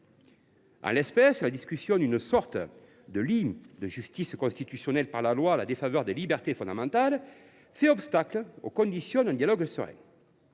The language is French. En l’espèce, la discussion d’une sorte de lit de justice constitutionnel par la loi à la défaveur des libertés fondamentales fait obstacle aux conditions d’un dialogue serein.